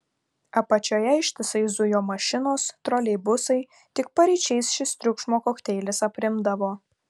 apačioje ištisai zujo mašinos troleibusai tik paryčiais šis triukšmo kokteilis aprimdavo